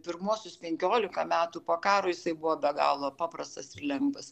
pirmuosius penkiolika metų po karo jisai buvo be galo paprastas ir lengvas